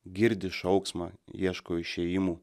girdi šauksmą ieško išėjimų